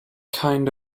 kind